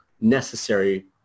necessary